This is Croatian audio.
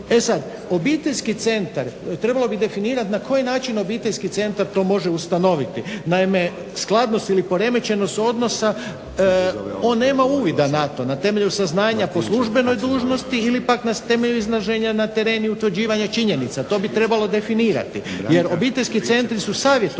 E sad, obiteljski centar trebalo bi definirati na koji način obiteljski centar to može ustanoviti. Naime skladnost ili poremećenost odnosa on nema uvida na to na temelju saznanja po službenoj dužnosti ili pak na temelju izlaženja na teren i utvrđivanja činjenica, to bi trebalo definirati, jer obiteljski centri su savjetodavnog